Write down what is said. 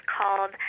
called